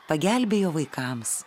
pagelbėjo vaikams